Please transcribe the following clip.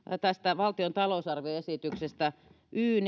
tästä valtion talousarvioesityksestä sivulta y